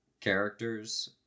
characters